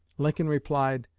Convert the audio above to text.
lincoln replied,